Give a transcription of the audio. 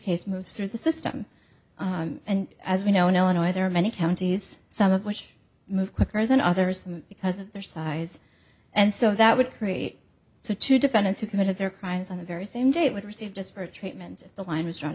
case moves through the system and as we know in illinois there are many counties some of which move quicker than others because of their size and so that would create so two defendants who committed their crimes on the very same day would receive just for treatment the line was drawn